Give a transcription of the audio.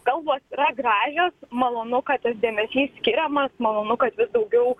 kalbos yra gražios malonu kad tas dėmesys skiriamas malonu kad vis daugiau